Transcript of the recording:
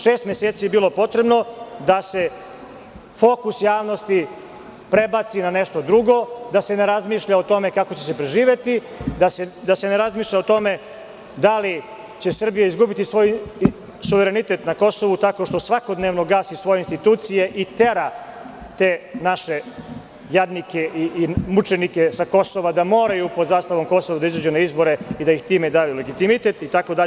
Šest meseci je bilo potrebno da se fokus javnosti prebaci na nešto drugo, da se ne razmišlja o tome kako će se preživeti, da se ne razmišlja o tome da li će Srbija izgubiti svoj suverenitet na Kosovu tako što svakodnevno gasi svoje institucije i tera te naše jadnike i mučenike sa Kosova da moraju pod zastavom kosova da izađu na izbore i da im time daju legitimitet itd.